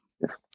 Yes